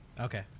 Okay